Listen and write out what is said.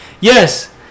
Yes